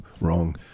wrong